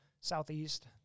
southeast